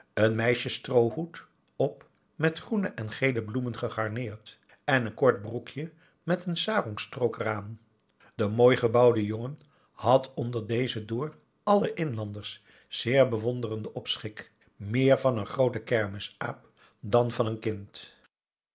een meisjes stroohoed op met groene en gele bloemen gegarneerd en een kort broekje met een sarongstrook eraan de mooi gebouwde jongen had onder dezen door alle inlanders zeer bewonderden opschik meer van een grooten kermisaap dan van een kind